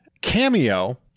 Cameo